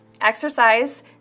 exercise